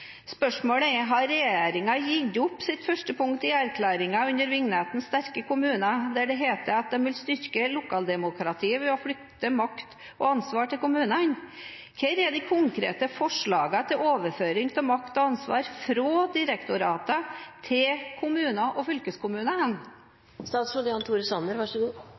Spørsmålet er: Har regjeringen gitt opp sitt første punkt i Sundvolden-erklæringen under vignetten om sterke kommuner, der det heter at de vil «styrke lokaldemokratiet ved å flytte makt og ansvar til kommunene»? Hvor er de konkrete forslagene til overføring av makt og ansvar fra direktoratene til kommuner og fylkeskommuner? Jeg håper at Senterpartiet i det videre kan bli en